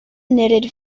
knitted